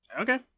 Okay